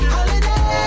Holiday